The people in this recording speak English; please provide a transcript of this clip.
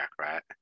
right